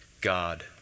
God